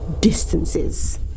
distances